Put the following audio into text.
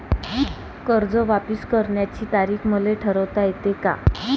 कर्ज वापिस करण्याची तारीख मले ठरवता येते का?